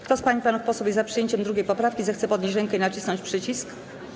Kto z pań i panów posłów jest za przyjęciem 2. poprawki, zechce podnieść rękę i nacisnąć przycisk.